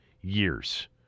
years